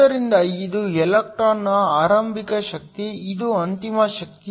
ಆದ್ದರಿಂದ ಇದು ಎಲೆಕ್ಟ್ರಾನ್ನ ಆರಂಭಿಕ ಶಕ್ತಿ ಇದು ಅಂತಿಮ ಶಕ್ತಿ